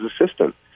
assistant